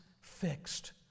fixed